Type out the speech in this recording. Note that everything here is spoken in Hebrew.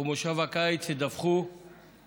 ובמושב הקיץ ידווחו